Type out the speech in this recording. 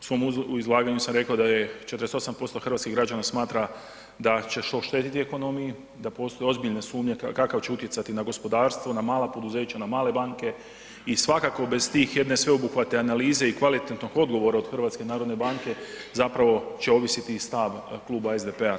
u svom izlaganju sam rekao da 48% hrvatskih građana smatra da će to oštetiti ekonomiju, da postoje ozbiljne sumnje kako će utjecati na gospodarstvo, na mala poduzeća, na male banke i svakako bez tih jedne sveobuhvatne analize i kvalitetnog odgovora od HNB-a zapravo će ovisiti i stav kluba SDP-a.